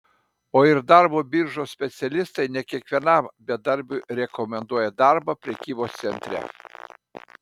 o ir darbo biržos specialistai ne kiekvienam bedarbiui rekomenduoja darbą prekybos centre